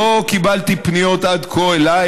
עד כה לא קיבלתי פניות אליי,